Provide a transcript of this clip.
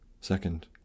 Second